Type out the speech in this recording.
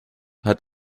hat